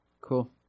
Cool